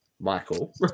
Michael